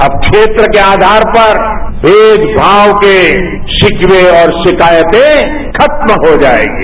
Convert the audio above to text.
अब क्षेत्र के आधार पर भेदभाव के शिकवे और शिकायतें खत्म हो जाएंगी